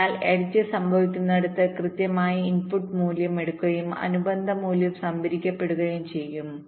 അതിനാൽ എഡ്ജ് സംഭവിക്കുന്നിടത്ത് കൃത്യമായി ഇൻപുട്ട് മൂല്യം എടുക്കുകയും അനുബന്ധ മൂല്യം സംഭരിക്കപ്പെടുകയും ചെയ്യും